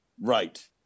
Right